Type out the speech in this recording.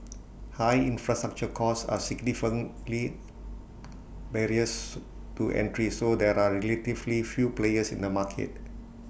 high infrastructure costs are significantly barriers to entry so there are relatively few players in the market